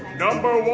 number